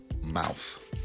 mouth